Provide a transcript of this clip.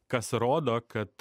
kas rodo kad